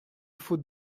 faute